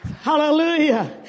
Hallelujah